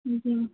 जी